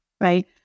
right